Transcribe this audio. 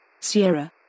Sierra